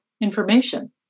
information